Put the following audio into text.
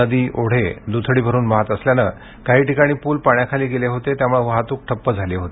नदी ओढे दुथडीभरून वाहत असल्यानं काही ठिकाणी पूल पाण्याखाली गेले होते त्यामुळे वाहतूक ठप्प झाली होती